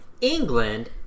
England